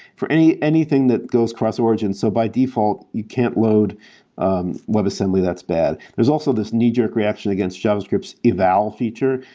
for anything that goes cross origin. so by default, you can't load and webassembly that's bad. there's also this knee-jerk reaction against javascript's eval feature,